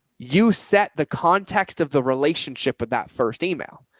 you set the context of the relationship with that first email.